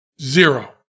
zero